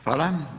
Hvala.